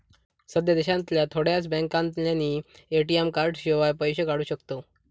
सध्या देशांतल्या थोड्याच बॅन्कांतल्यानी ए.टी.एम कार्डशिवाय पैशे काढू शकताव